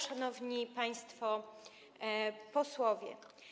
Szanowni Państwo Posłowie!